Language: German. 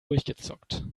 durchgezockt